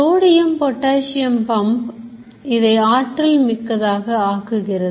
sodium potassium pump இதை ஆற்றல் மிக்கதாக ஆக்குகிறது